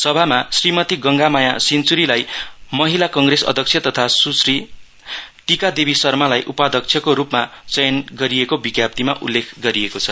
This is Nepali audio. सभामा श्रीमती गंगामाया सिञ्चुरीलाई महिला कांग्रेस अध्यक्ष तथा सुश्री टिकादेवी शर्मालाई उपाध्यक्षको रूपमा चयनित गरिएको विज्ञप्तिमा उल्लेख छ